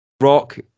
rock